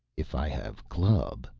if i have club,